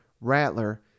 Rattler